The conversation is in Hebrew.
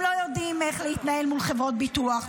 הם לא יודעים איך להתנהל מול חברות ביטוח,